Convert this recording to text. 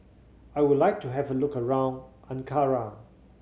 I would like to have a look around Ankara